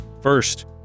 First